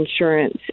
insurance